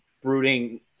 brooding